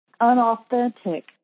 unauthentic